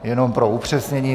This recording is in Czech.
Jenom pro upřesnění.